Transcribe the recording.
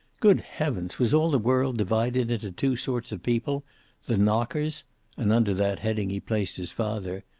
good heavens, was all the world divided into two sorts of people the knockers and under that heading he placed his father,